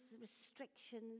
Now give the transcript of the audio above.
restrictions